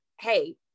hey